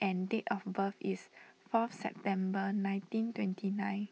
and date of birth is fourth September nineteen twenty nine